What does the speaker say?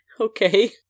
Okay